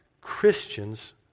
Christians